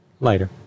Later